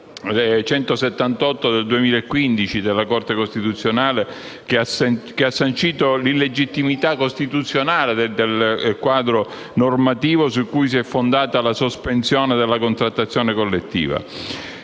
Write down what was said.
la sentenza della Corte costituzionale n. 178 del 2015, che ha sancito l'illegittimità costituzionale del quadro normativo su cui si è fondata la sospensione della contrattazione collettiva.